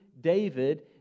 David